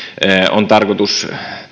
on tarkoitus